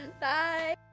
Bye